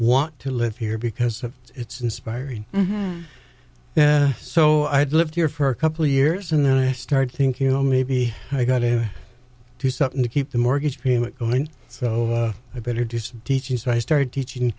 want to live here because it's inspiring so i'd lived here for a couple years and then i started thinking oh maybe i got to do something to keep the mortgage payment going so i better do some teaching so i started teaching